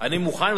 אני מוכן.